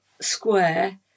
square